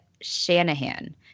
Shanahan